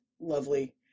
lovely